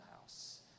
house